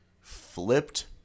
flipped